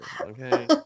Okay